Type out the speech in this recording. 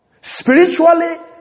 Spiritually